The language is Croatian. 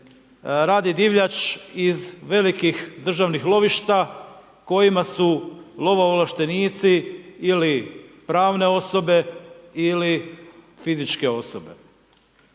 radi divljač iz velikih državnih lovišta kojima su lovo ovlaštenici ili pravne osobe ili fizičke osobe.